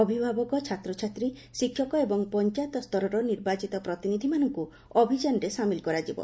ଅଭିଭାବକ ଛାତ୍ରଛାତ୍ରୀ ଶିକ୍ଷକ ଏବଂ ପଞ୍ଚାୟତ ସରର ନିର୍ବାଚିତ ପ୍ରତିନିଧିମାନଙ୍ଙୁ ଅଭିଯାନରେ ସାମିଲ କରାଯିବ